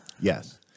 Yes